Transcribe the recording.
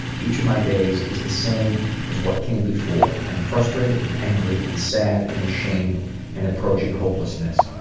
each of my days is the same as what came before. i'm frustrated and angry and sad and ashamed and approaching hopelessness.